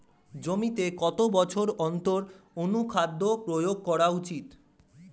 জমিতে কত বছর অন্তর অনুখাদ্য প্রয়োগ করা উচিৎ?